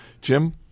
Jim